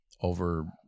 over